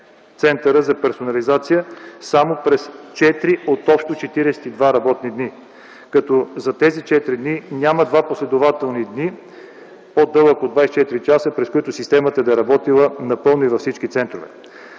центъра за персонализация само през четири от общо четиридесет и два работни дни, като за тези четири дни няма два последователни дни по-дълъг от 24 часа, през които системата да е работила напълно и във всички центрове.